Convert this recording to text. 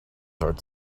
heart